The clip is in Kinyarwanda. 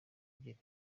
ebyiri